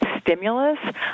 stimulus